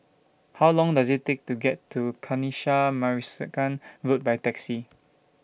How Long Does IT Take to get to Kanisha Road By Taxi